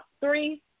three